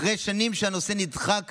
אחרי שנים שהנושא נדחה ונדחק,